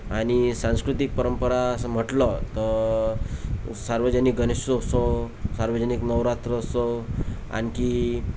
आणि सांस्कृतिक परंपरा असं म्हटलं तर सार्वजनिक गणेशोत्सव सार्वजनिक नवरात्रोत्सव आणखी